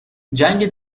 جنگ